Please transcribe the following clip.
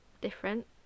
different